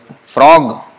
frog